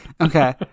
Okay